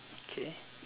okay